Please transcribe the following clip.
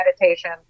meditation